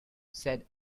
said